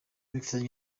bifitanye